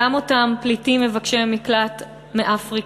גם אותם פליטים מבקשי מקלט מאפריקה,